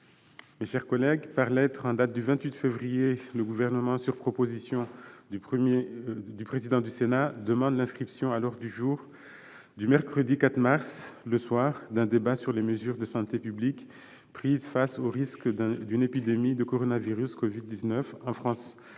Mes chers collègues, par lettre en date du 28 février, le Gouvernement, sur proposition du président du Sénat, demande l'inscription à l'ordre du jour du mercredi 4 mars, le soir, d'un débat sur les mesures de santé publique prises face aux risques d'une épidémie de coronavirus Covid-19 en France.